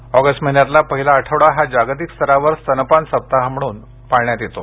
स्तनपान ऑगस्ट महिन्यातील पहिला आठवडा हा जागतिक स्तरावर स्तनपान सप्ताह म्हणून साजरा करण्यात येतो